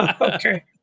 Okay